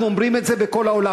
אנחנו אומרים את זה בכל העולם,